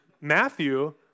Matthew